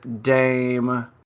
Dame